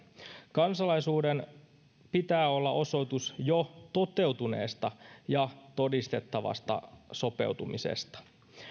kansalaisuuden pitää olla osoitus jo toteutuneesta ja todistettavasta sopeutumisesta